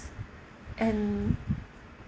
and